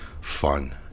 fun